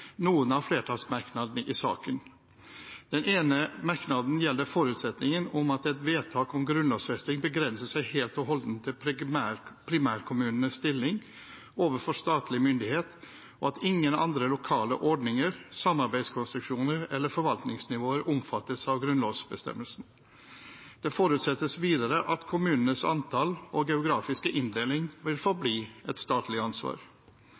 noen av flertallsmerknadene i saken. Den ene merknaden gjelder forutsetningen om at et vedtak om grunnlovfesting begrenser seg helt og holdent til «primærkommunens stilling overfor statlig myndighet og at ingen andre lokale ordninger, samarbeidskonstruksjoner eller forvaltningsnivåer omfattes av grunnlovsbestemmelsen». Det forutsettes videre at «kommunenes antall og geografiske inndeling vil forbli et statlig ansvar».